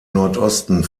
nordosten